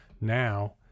now